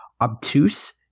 obtuse